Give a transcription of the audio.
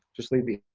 just leave the.